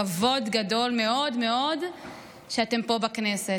כבוד גדול מאוד מאוד שאתם פה בכנסת.